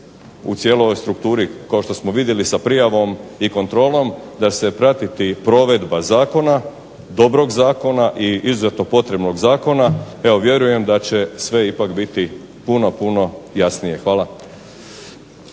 u cijeloj ovoj strukturi kao što smo vidjeli sa prijavom i kontrolom, da će se pratiti provedba dobrog zakona i izuzetno potrebnog zakona, evo vjerujem da će sve ipak biti puno, puno jasnije. Hvala.